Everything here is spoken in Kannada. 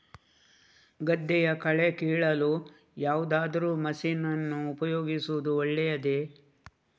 ಗದ್ದೆಯ ಕಳೆ ಕೀಳಲು ಯಾವುದಾದರೂ ಮಷೀನ್ ಅನ್ನು ಉಪಯೋಗಿಸುವುದು ಒಳ್ಳೆಯದೇ?